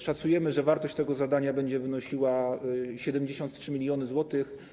Szacujemy, że wartość tego zadania będzie wynosiła 73 mln zł.